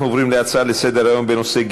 אנחנו עוברים להצעה לסדר-היום מס' 2959 בנושא: